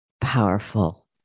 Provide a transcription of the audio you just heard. powerful